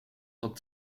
van